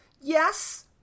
yes